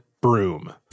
broom